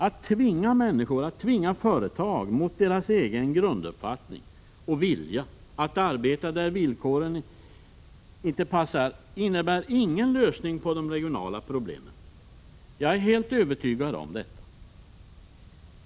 Att tvinga människor eller företag att mot deras egen grunduppfattning och vilja arbeta där villkoren inte passar innebär ingen lösning på de regionala problemen; det är jag helt övertygad om.